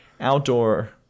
outdoor